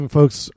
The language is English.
folks